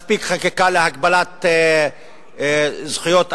מספיק חקיקה להגבלת זכויות אדם,